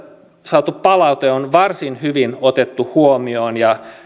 saatu palaute on varsin hyvin otettu huomioon ja